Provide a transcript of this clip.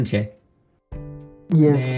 Yes